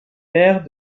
maire